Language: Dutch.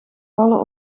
vallen